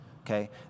okay